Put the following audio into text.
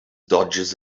dodges